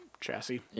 chassis